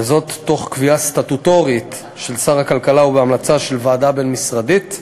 וזאת תוך קביעה סטטוטורית של שר הכלכלה ובהמלצה של ועדה בין-משרדית.